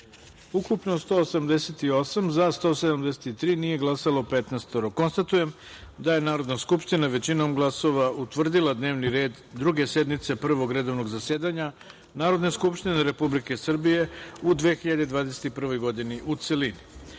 ukupno – 188, za – 173, nije glasalo – 15.Konstatujem da je Narodna skupština većinom glasova utvrdila dnevni red Druge sednice Prvog redovnog zasedanja Narodne skupštine Republike Srbije u 2021. godini, u celini.D